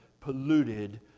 polluted